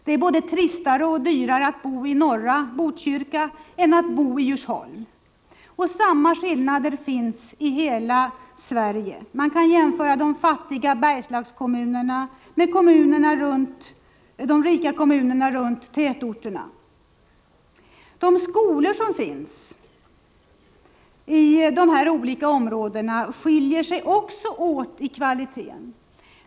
Det är både tristare och dyrare att bo i norra Botkyrka än att boi Djursholm. Och samma skillnader finns i hela Sverige. Man kan jämföra de fattiga Bergslagskommunerna med de rika kommunerna runt tätorterna. De skolor som finns i dessa olika områden skiljer sig också åt i fråga om kvalitet.